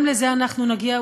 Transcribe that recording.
גם לזה אנחנו נגיע,